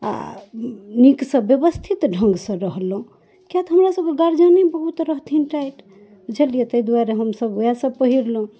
आओर नीकसँ व्यवस्थित ढङ्गसँ रहलहुँ किआ तऽ हमरा सबके गार्जियने बहुत रहथिन टाइट बुझलियै तै दुआरे हमसब ओएह सब पहिरलहुँ